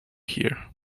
here